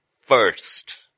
first